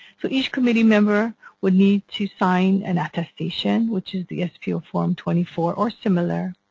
so each committee member would need to sign an attestation which is the spo form twenty four or similar